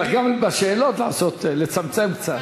צריך גם בשאלות לצמצם קצת.